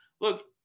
look